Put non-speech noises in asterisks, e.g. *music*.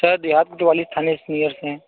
sir *unintelligible* से